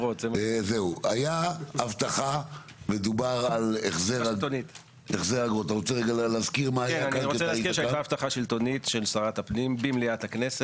הייתה הבטחה שלטונית של שרת הפנים במליאת הכנסת,